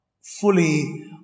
fully